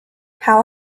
how